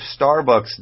Starbucks